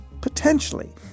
potentially